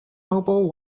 mobile